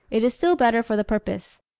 it is still better for the purpose.